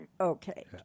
Okay